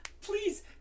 Please